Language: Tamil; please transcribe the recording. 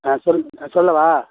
ஆ சொல் சொல்லவா